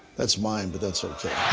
that's mine, but that's sort of